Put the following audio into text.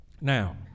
Now